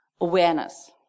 awareness